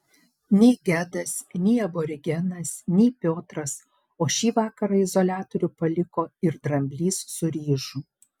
nei gedas nei aborigenas nei piotras o šį vakarą izoliatorių paliko ir dramblys su ryžu